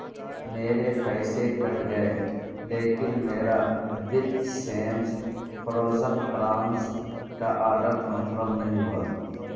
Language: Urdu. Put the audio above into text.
میرے پیسے کٹ گئے لیکن میرا بگ کا آرڈر کنفرم نہیں ہوا